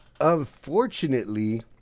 Unfortunately